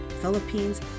Philippines